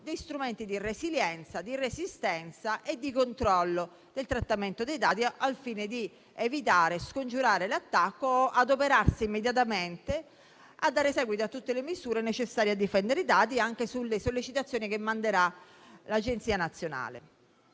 di strumenti di resilienza, di resistenza e di controllo del trattamento dei dati, al fine di evitare e scongiurare l'attacco, adoperandosi immediatamente a dare seguito a tutte le misure necessarie a difendere i dati anche sulle sollecitazioni inviate dall'Agenzia nazionale.